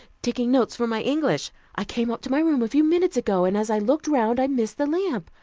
taking notes for my english i came up to my room a few minutes ago, and as i looked round i missed the lamp.